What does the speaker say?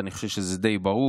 למרות שאני חושב שזה די ברור: